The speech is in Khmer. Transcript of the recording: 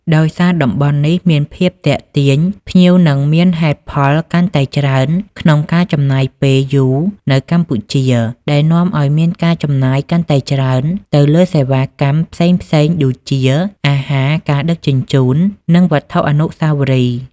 ដោយសារតំបន់នេះមានភាពទាក់ទាញ ភ្ញៀវនឹងមានហេតុផលកាន់តែច្រើនក្នុងការចំណាយពេលយូរនៅកម្ពុជា ដែលនាំឱ្យមានការចំណាយកាន់តែច្រើនទៅលើសេវាកម្មផ្សេងៗដូចជាអាហារ ការដឹកជញ្ជូន និងវត្ថុអនុស្សាវរីយ៍។